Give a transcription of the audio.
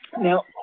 Now